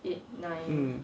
mm